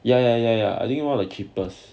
ya ya ya ya I think one of the cheapest